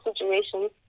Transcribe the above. situations